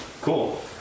cool